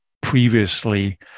previously